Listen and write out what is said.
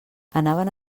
anaven